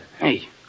Hey